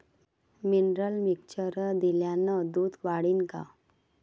Mineral mixture दिल्यानं दूध वाढीनं का?